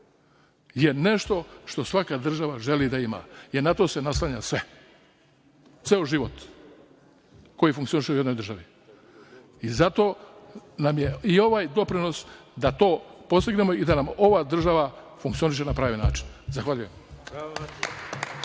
je nešto što svaka država želi da ima jer na to se naslanja sve, ceo život koji funkcioniše u jednoj državi. Zato nam je i ovaj doprinos da to postignemo i da nam ova država funkcioniše na pravi način. Zahvaljujem.